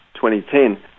2010